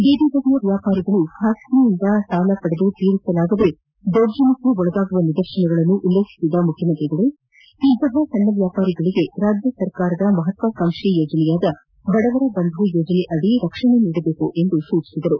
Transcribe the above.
ಬೀದಿಬದಿ ವ್ಯಾಪಾರಿಗಳು ಖಾಸಗಿಯವರಿಂದ ಸಾಲ ಪಡೆದು ತೀರಿಸಲಾಗದೆ ದೌರ್ಜನ್ಯಕ್ಷೆ ಒಳಗಾಗುವ ನಿದರ್ಶನಗಳನ್ನು ಉಲ್ಲೇಖಿಸಿದ ಮುಖ್ಯಮಂತ್ರಿಗಳು ಇಂತಹ ಸಣ್ಣ ವ್ಯಾಪಾರಿಗಳಿಗೆ ರಾಜ್ಯರ್ಕಾರದ ಮಹತ್ವಾಕಾಂಕ್ಷಿ ಯೋಜನೆಯಾದ ಬಡವರ ಬಂಧು ಯೋಜನೆಯಡಿ ರಕ್ಷಣೆ ನೀಡಬೇಕೆಂದು ನಿರ್ದೇಶನ ನೀಡಿದರು